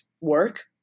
work